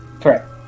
Correct